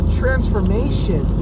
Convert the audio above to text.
transformation